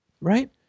Right